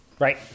Right